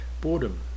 Boredom